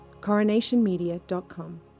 CoronationMedia.com